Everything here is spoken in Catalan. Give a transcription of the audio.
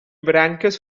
branques